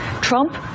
Trump